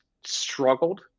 struggled